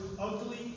ugly